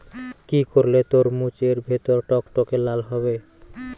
কি করলে তরমুজ এর ভেতর টকটকে লাল হবে?